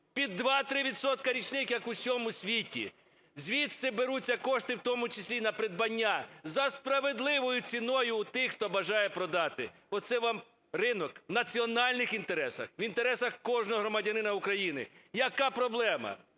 відсотки річних, як в усьому світі. Звідси беруться кошти в тому числі і на придбання за справедливою ціною у тих, хто бажає продати. Оце вам ринок в національних інтересах, в інтересах кожного громадянина України. Яка проблема?